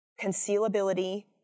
concealability